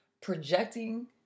projecting